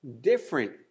different